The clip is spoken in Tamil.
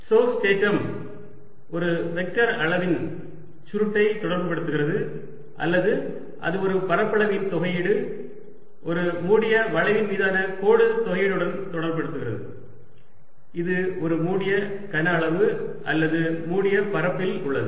ஸ்டோக்ஸ் தேற்றம் ஒரு வெக்டர் அளவின் சுருட்டை தொடர்புபடுத்துகிறது அல்லது அது ஒரு பரப்பளவின் தொகையீடு ஒரு மூடிய வளைவின் மீதான கோடு தொகையீடுடன் தொடர்புடையது ஆகும் இது ஒரு மூடிய கன அளவு அல்லது மூடிய மேற்பரப்பில் உள்ளது